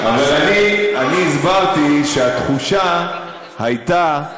אבל אני הסברתי שהתחושה הייתה,